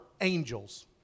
angels